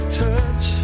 touch